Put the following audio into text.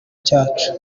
cyacu